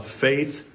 faith